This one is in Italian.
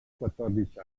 quattordici